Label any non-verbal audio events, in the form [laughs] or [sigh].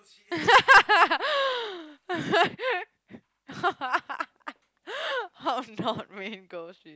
[laughs] how not mean girl she is